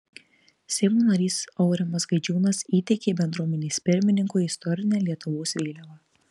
seimo narys aurimas gaidžiūnas įteikė bendruomenės pirmininkui istorinę lietuvos vėliavą